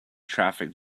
traffic